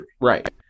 Right